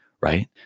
right